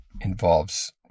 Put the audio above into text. involves